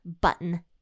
button